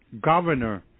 governor